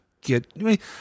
get